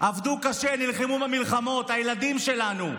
עבדו קשה, נלחמו במלחמות, הילדים שלנו.